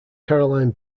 caroline